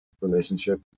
relationship